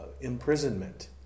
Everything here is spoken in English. imprisonment